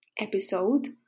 episode